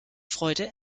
freude